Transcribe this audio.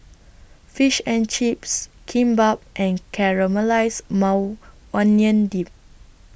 Fish and Chips Kimbap and Caramelized Maui Onion Dip